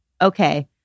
Okay